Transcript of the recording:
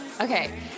Okay